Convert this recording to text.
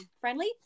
friendly